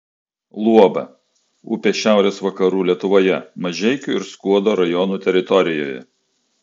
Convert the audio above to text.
luoba upė šiaurės vakarų lietuvoje mažeikių ir skuodo rajonų teritorijoje